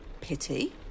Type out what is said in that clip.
Pity